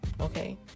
okay